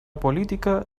política